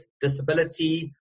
disability